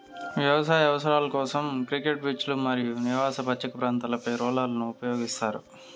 వ్యవసాయ అవసరాల కోసం, క్రికెట్ పిచ్లు మరియు నివాస పచ్చిక ప్రాంతాలపై రోలర్లను ఉపయోగిస్తారు